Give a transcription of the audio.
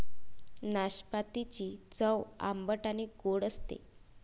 नाशपातीची चव आंबट आणि गोड असते